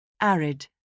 Arid